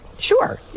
Sure